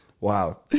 Wow